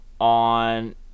on